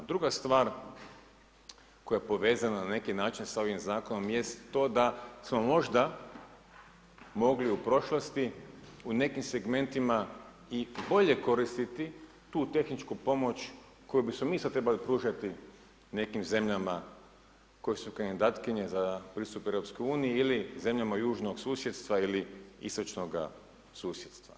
Druga stvar koja je povezana na neki način s ovim zakonom, jest to da smo možda mogli u prošlosti u nekim segmentima i bolje koristiti tu tehničku pomoć koju ćemo mi sada trebati pružati u nekim zemljama koje su kandidatkinje za pristup EU, ili zemljama južnog susjedstva ili istočnoga susjedstva.